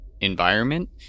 environment